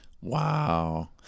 Wow